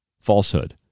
falsehood